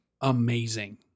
amazing